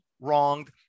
wronged